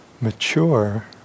mature